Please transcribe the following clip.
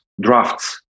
drafts